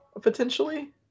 potentially